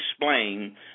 explain